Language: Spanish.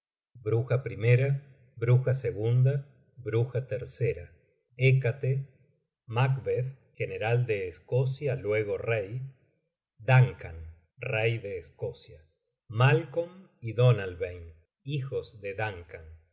segunda hecate macbeth general de escocia luego rey duncan rey de escocia malcolm y k t donalbain í duncan